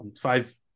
five